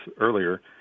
earlier